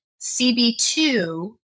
CB2